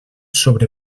sobre